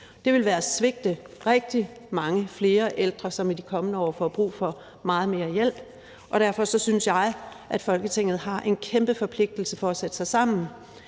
Det vil være at svigte rigtig mange flere ældre, som i de kommende år får brug for meget mere hjælp, og derfor synes jeg, at Folketinget har en kæmpe forpligtelse til at sætte sig sammen